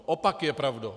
Opak je pravdou.